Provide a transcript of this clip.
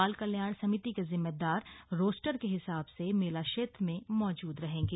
बाल कल्याण समिति के जिम्मेदार रोस्टर के हिसाब से मेला क्षेत्र में मौजूद रहेंगे